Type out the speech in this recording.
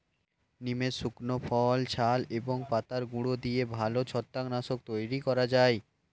নিমের শুকনো ফল, ছাল এবং পাতার গুঁড়ো দিয়ে ভালো ছত্রাক নাশক তৈরি করা যায়